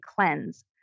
cleanse